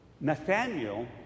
Nathaniel